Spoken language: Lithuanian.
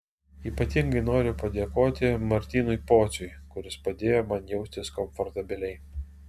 ypatingai noriu padėkoti martynui pociui kuris padėjo man jaustis komfortabiliai